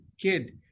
kid